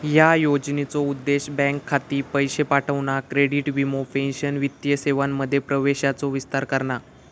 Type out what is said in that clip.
ह्या योजनेचो उद्देश बँक खाती, पैशे पाठवणा, क्रेडिट, वीमो, पेंशन वित्तीय सेवांमध्ये प्रवेशाचो विस्तार करणा